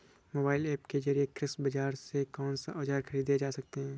Mobile app के जरिए कृषि बाजार से कौन से औजार ख़रीदे जा सकते हैं?